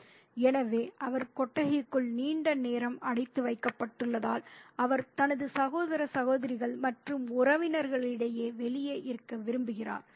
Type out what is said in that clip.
" எனவே அவர் கொட்டகைக்குள் நீண்ட நேரம் அடைத்து வைக்கப்பட்டுள்ளதால் அவர் தனது சகோதர சகோதரிகள் மற்றும் உறவினர்களிடையே வெளியே இருக்க விரும்புகிறார்